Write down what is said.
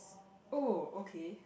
oh okay